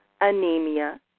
anemia